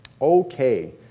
Okay